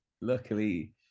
luckily